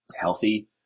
healthy